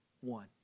one